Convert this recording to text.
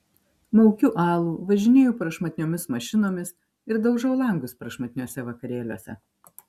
maukiu alų važinėju prašmatniomis mašinomis ir daužau langus prašmatniuose vakarėliuose